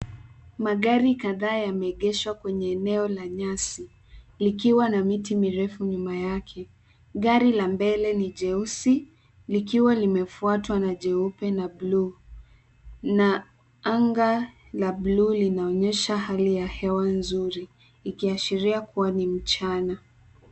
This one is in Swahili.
Magari kadhaa yameegeshwa kwenye eneo la nyasi likiwa na miti mirefu nyuma yake. Gari la mbele ni jeusi likiwa limefuatwa na jeupe na bluu na anga la bluu linaonyesha hali ya hewa nzuri ikiashiria kuwa ni mchana.